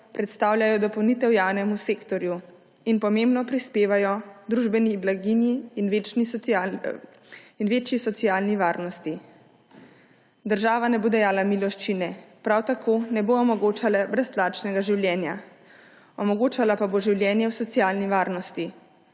predstavljajo dopolnitev javnemu sektorju in pomembno prispevajo k družbeni blaginji in večji socialni varnosti. Država ne bo dajala miloščine, prav tako ne bo omogočala brezplačnega življenja, omogočala pa bo življenje v socialni varnosti.